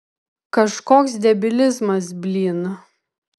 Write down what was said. kažkoks debilizmas blyn